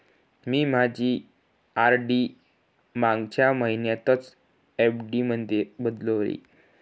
मी माझी आर.डी मागच्या महिन्यातच एफ.डी मध्ये बदलली